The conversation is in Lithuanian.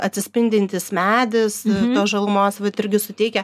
atsispindintis medis tos žalumos vat irgi suteikia